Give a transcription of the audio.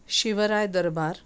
Shivray Darbar